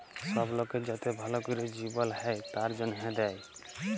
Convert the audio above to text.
সব লকের যাতে ভাল ক্যরে জিবল হ্যয় তার জনহে দেয়